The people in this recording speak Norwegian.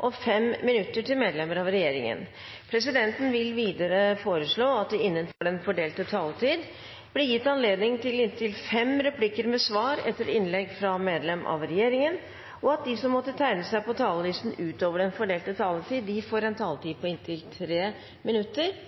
og 5 minutter til medlemmer av regjeringen. Videre vil presidenten foreslå at det – innenfor den fordelte taletid – blir gitt anledning til inntil fem replikker med svar etter innlegg fra medlemmer av regjeringen, og at de som måtte tegne seg på talerlisten utover den fordelte taletid, får en taletid på inntil 3 minutter.